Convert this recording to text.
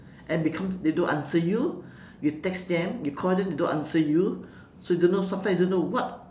and become they don't answer you you text them you call them they don't answer you so you don't know sometimes you don't know what